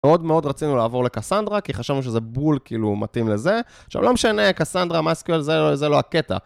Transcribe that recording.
מאוד מאוד רצינו לעבור לקסנדרה, כי חשבנו שזה בול, כאילו, מתאים לזה. עכשיו, לא משנה, קסנדרה, מאסקיול, זה לא הקטע.